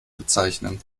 bezeichnen